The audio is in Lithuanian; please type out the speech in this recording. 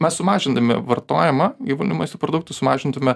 mes sumažindami vartojimą gyvūlinių maisto produktų sumažintume